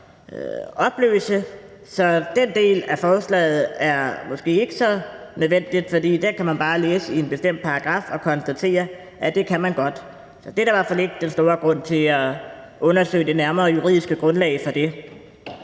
vold. Så den del af forslaget er måske ikke så nødvendigt, for der kan man bare læse i en bestemt paragraf og konstatere, at det kan man godt. Det er der i hvert fald ikke den store grund til at undersøge det nærmere juridiske grundlag for. Det